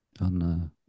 on